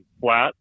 flat